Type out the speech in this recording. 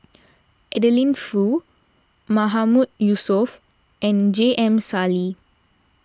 Adeline Foo Mahmood Yusof and J M Sali